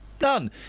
None